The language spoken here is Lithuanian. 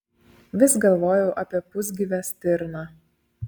vis galvojau apie pusgyvę stirną